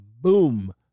Boom